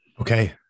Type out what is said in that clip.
Okay